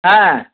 হ্যাঁ